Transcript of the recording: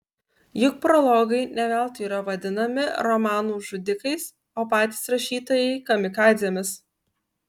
juk prologai ne veltui yra vadinami romanų žudikais o patys rašytojai kamikadzėmis